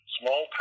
small